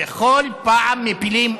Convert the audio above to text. וכל פעם מפילים אותה.